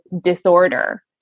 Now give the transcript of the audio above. disorder